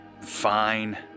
Fine